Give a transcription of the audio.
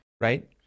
right